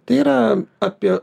tai yra apie